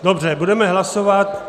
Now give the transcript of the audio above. Dobře, budeme hlasovat.